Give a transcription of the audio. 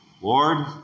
Lord